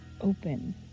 open